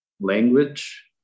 language